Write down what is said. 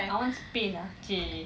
I want spain ah !chey!